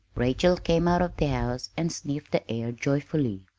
rachel came out of the house and sniffed the air joyfully.